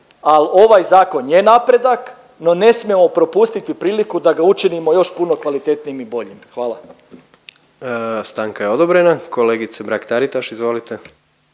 ali ovaj zakon je napredak no ne smijemo propustiti priliku da ga učinimo još puno kvalitetnijim i boljim. Hvala. **Jandroković, Gordan (HDZ)** Stanka je odobrena. Kolegice Mrak-Taritaš, izvolite.